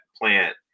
plant